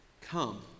come